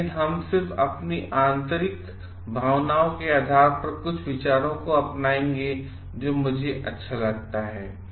और लेकिन हम सिर्फ अपनीआंतरिक भावनाओं केआधार पर कुछ विचारों को अपनाएंगे जोमुझे अच्छा लगता है